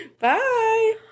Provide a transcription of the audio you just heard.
Bye